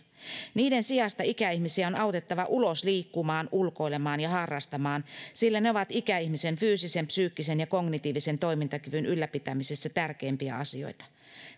niiden sijasta ikäihmisiä on autettava ulos liikkumaan ulkoilemaan ja harrastamaan sillä ne ovat ikäihmisen fyysisen psyykkisen ja kognitiivisen toimintakyvyn ylläpitämisessä tärkeimpiä asioita